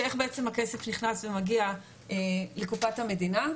איך בעצם הכסף נכנס ומגיע לקופת המדינה,